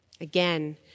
Again